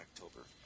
October